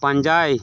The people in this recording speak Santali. ᱯᱟᱸᱡᱟᱭ